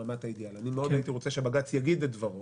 ברמת האידיאל מאוד הייתי רוצה שבג"ץ יגיד את דברו,